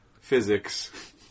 physics